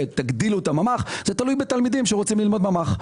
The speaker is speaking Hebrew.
- תגדילו את הממ"ח תלוי בתלמידים שרוצים ללמוד בממ"ח.